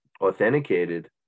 authenticated